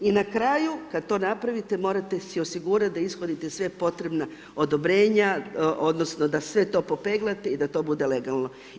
I na kraju kada to napravite morate si osigurati da ishodite sva potrebna odobrenja, odnosno da sve to popeglate i da to bude legalno.